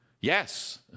Yes